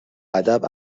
ادب